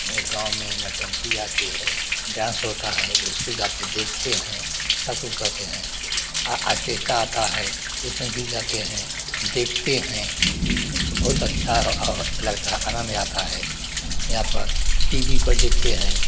मेरे गाँव में नौटंकी आती है डांस होता है उसको जाते देखते है सब कुछ कहते है आ आर्केस्ट्रा आता है उसमें भी जाते हैं देखते हैं बहुत अच्छा हो और लगता है आनंद आता है यहाँ पर टी वी पर देखते हैं